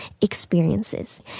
experiences